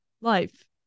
life